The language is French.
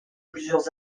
plusieurs